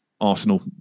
arsenal